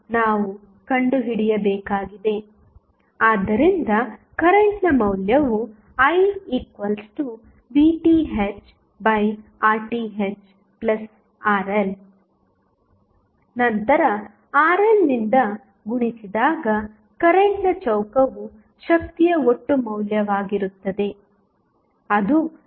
ಆದ್ದರಿಂದ ಕರೆಂಟ್ನ ಮೌಲ್ಯವು iVThRThRL ನಂತರ RLನಿಂದ ಗುಣಿಸಿದಾಗ ಕರೆಂಟ್ನ ಚೌಕವು ಶಕ್ತಿಯ ಒಟ್ಟು ಮೌಲ್ಯವಾಗಿರುತ್ತದೆ ಅದು ಲೋಡ್ಗೆ ತಲುಪಿಸಲ್ಪಡುತ್ತದೆ